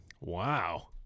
Wow